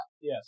Yes